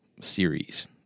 series